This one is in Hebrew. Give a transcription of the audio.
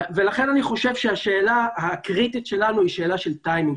אני חושב שהשאלה הקריטית שלנו היא שאלה של טיימינג,